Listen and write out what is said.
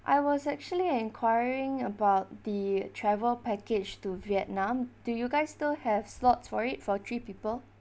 I was actually enquiring about the travel package to vietnam do you guys still have slots for it for three people